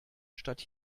statt